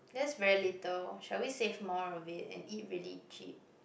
that's very little shall we save more of it and eat really cheap